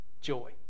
joy